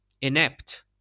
inept